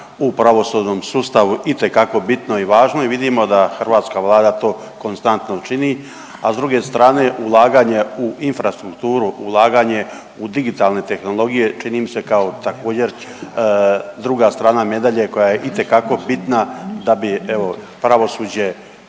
u pravosudnom sustavu itekako bitno i važno i vidimo da hrvatska Vlada to konstantno čini, a s druge strane ulaganje u infrastrukturu, ulaganje u digitalne tehnologije čini mi se kao također druga strana medalje koja je itekako bitna da bi evo pravosuđe